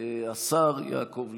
השר יעקב ליצמן,